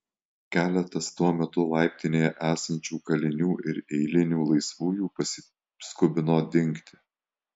keletas tuo metu laiptinėje esančių kalinių ir eilinių laisvųjų pasiskubino dingti